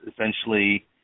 essentially